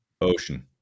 Ocean